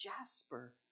jasper